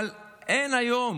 אבל אין היום,